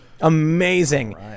Amazing